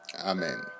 Amen